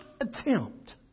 attempt